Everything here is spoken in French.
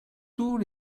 tous